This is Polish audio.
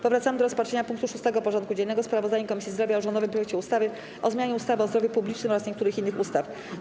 Powracamy do rozpatrzenia punktu 6. porządku dziennego: Sprawozdanie Komisji Zdrowia o rządowym projekcie ustawy o zmianie ustawy o zdrowiu publicznym oraz niektórych innych ustaw.